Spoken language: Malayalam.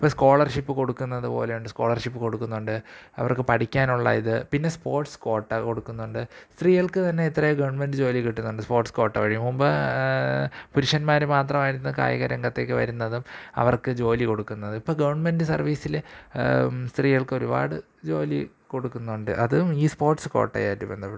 ഇപ്പോള് സ്കോളര്ഷിപ്പ് കൊടുക്കുന്നത് പോലുണ്ട് സ്കോളര്ഷിപ്പ് കൊടുക്കുന്നുണ്ട് അവര്ക്ക് പഠിക്കാനുള്ള ഇത് പിന്നെ സ്പോര്ട്സ് കോട്ട കൊടുക്കുന്നുണ്ട് സ്ത്രീകള്ക്ക് തന്നെ ഇത്രേ ഗവണ്മെന്റ് ജോലി കിട്ടുന്നുണ്ട് സ്പോര്ട്സ് കോട്ട വഴി മുമ്പ് പുരുഷന്മാര് മാത്രമായിരുന്നു കായികരംഗത്തേക്ക് വരുന്നതും അവര്ക്ക് ജോലി കൊടുക്കുന്നത് ഇപ്പോള് ഗവണ്മെന്റ് സര്വീസില് സ്ത്രീകള്ക്ക് ഒരുപാട് ജോലി കൊടുക്കുന്നുണ്ട് അതും ഈ സ്പോര്ട്സ് കോട്ട ആയിട്ട് ബന്ധപ്പെട്ട്